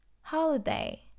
Holiday